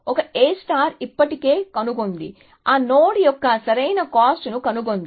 ఒక A ఇప్పటికే కనుగొంది ఆ నోడ్ యొక్క సరైన కాస్ట్ ను కనుగొంది